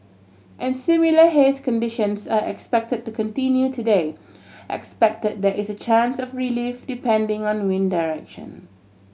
and similar haze conditions are expected to continue today expected there is a chance of relief depending on wind direction